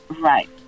Right